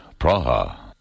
Praha